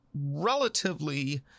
relatively